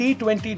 T20